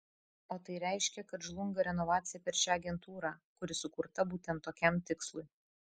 o tai reiškia kad žlunga renovacija per šią agentūrą kuri sukurta būtent tokiam tikslui